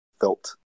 felt